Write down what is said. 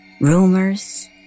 Rumors